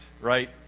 right